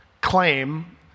claim